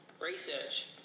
Research